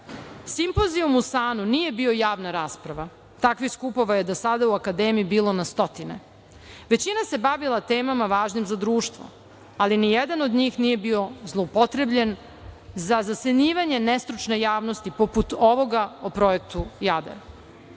Simpozijum u SANU nije bio javna rasprava. Takvih skupova je do sada u akademiji bilo na stotine. Većina se bavila temama važnim za društvo, ali nijedan od njih nije bio zloupotrebljen za zasenjivanje nestručne javnosti, poput ovoga o projektu Jadar.